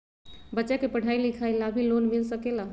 बच्चा के पढ़ाई लिखाई ला भी लोन मिल सकेला?